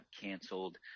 canceled